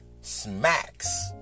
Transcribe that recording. smacks